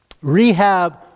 rehab